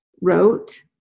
wrote